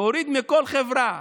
להוריד מכל חברה,